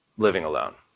living alone,